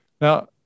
Now